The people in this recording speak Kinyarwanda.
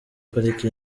pariki